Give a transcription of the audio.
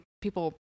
people